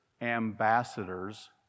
ambassadors